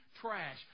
trash